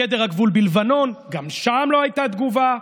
מגדר הגבול בלבנון, גם שם לא הייתה תגובה,